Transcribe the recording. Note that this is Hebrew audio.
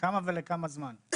ולכמה זמן?